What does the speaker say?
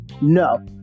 no